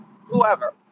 whoever